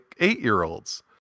eight-year-olds